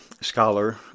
scholar